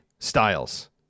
styles